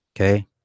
Okay